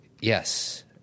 Yes